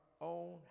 own